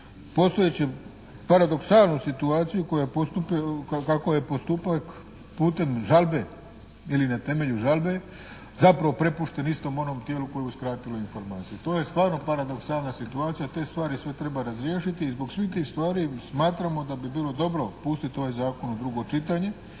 postojeću paradoksalnu situacija koji, kako postupaju putem žalbe ili na temelju žalbe zapravo prepušten istom onom tijelu koje je uskratilo informaciju. To je stvarno paradoksalna situacija. Te stvari sve treba razriješiti. I zbog svih tih stvari smatramo da bi bilo dobro pustiti ovaj zakon u drugo čitanje